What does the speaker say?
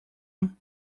come